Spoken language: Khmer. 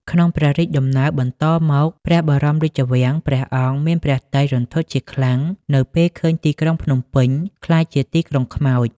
ក្នុងព្រះរាជដំណើរបន្តមកព្រះបរមរាជវាំង ព្រះអង្គមានព្រះទ័យរន្ធត់ជាខ្លាំងនៅពេលឃើញទីក្រុងភ្នំពេញក្លាយជា «ទីក្រុងខ្មោច»។